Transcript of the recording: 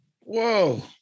Whoa